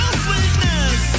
sweetness